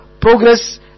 progress